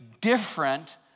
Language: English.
different